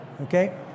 Okay